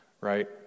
right